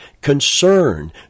concern